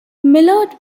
millard